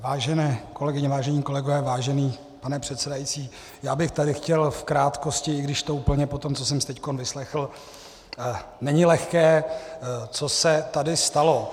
Vážené kolegyně, vážení kolegové, vážený pane předsedající, já bych tady chtěl v krátkosti, i když to úplně po tom, co jsem si teď vyslechl, není lehké, co se tady stalo.